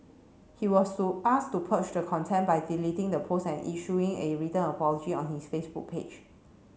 he was asked to purge the contempt by deleting the post and issuing a written apology on his Facebook page